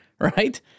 right